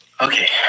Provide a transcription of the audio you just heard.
okay